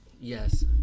yes